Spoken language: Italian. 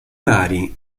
mari